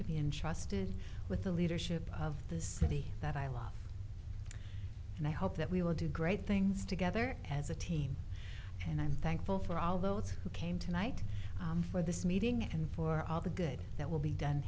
to be entrusted with the leadership of this city that i love and i hope that we will do great things together as a team and i'm thankful for all those who came tonight for this meeting and for all the good that will be done